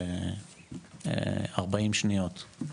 ב-40 שניות,